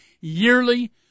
yearly